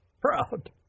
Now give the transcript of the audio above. Proud